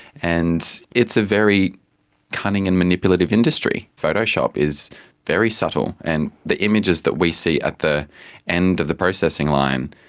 and it's a very cunning and manipulative industry photoshop is very subtle, and the images that we see at the end of the processing line,